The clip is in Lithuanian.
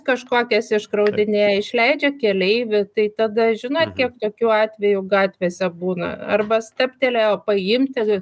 kažkokias iškraudinėja išleidžia keleivį tai tada žinot kiek tokių atvejų gatvėse būna arba stabtelėjo paimti